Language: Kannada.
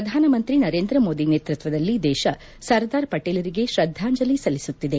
ಪ್ರಧಾನಮಂತ್ರಿ ನರೇಂದ್ರ ಮೋದಿ ನೇತೃತ್ವದಲ್ಲಿ ದೇಶ ಸರ್ದಾರ್ ಪಟೇಲರಿಗೆ ಶ್ರದ್ದಾಂಜಲಿ ಸಲ್ಲಿಸುತ್ತಿದೆ